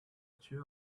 two